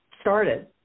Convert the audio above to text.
started